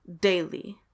daily